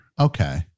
okay